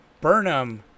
Burnham